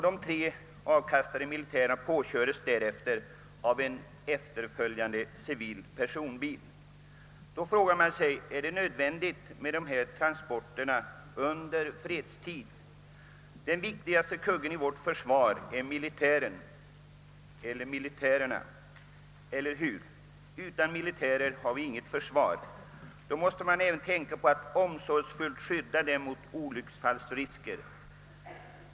De tre avkastade militärerna påkördes därefter av en efterföljande civil personbil. Man frågar sig då om det är nödvändigt med dessa transporter under fredstid. Den viktigaste kuggen i vårt försvar är militärerna, eller hur? Utan militärer har vi inget försvar. Man måste därför även tänka på att omsorgsfullt skydda dem mot olycksfallsrisker.